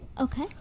Okay